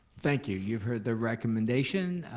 thank you, you've heard the recommendation,